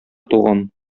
туган